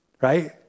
Right